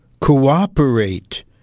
cooperate